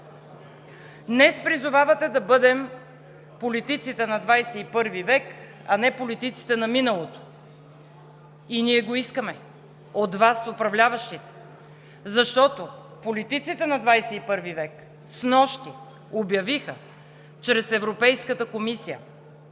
Днес призовавате да бъдем политиците на 21 век, а не политиците на миналото. И ние го искаме от Вас – управляващите. Защото политиците на 21 век снощи обявиха чрез Европейската комисия